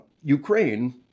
Ukraine